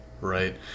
right